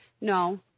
No